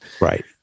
Right